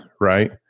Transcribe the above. right